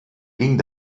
ging